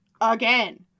again